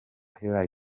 hillary